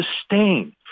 sustain